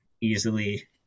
easily